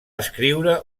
escriure